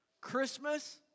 Christmas